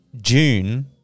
June